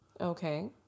Okay